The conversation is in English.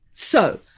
so,